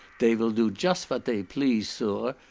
dey will do just vat dey please suur,